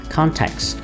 Context